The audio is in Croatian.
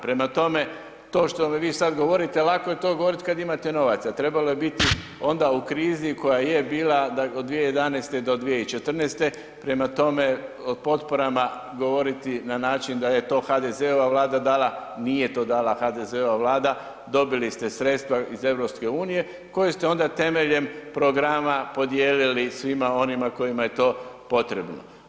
Prema tome, to što mi vi sad govorite, lako je to govorit kad imate novaca, trebalo je biti onda u krizi koja je bila od 2011. do 2014., prema tome, o potporama govoriti na način da je to HDZ-ova Vlada dala, nije to dala HDZ-ova Vlada, dobili ste sredstva iz EU koja ste onda temeljem programa podijelili svima onima kojima je to potrebno.